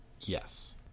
Yes